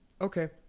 Okay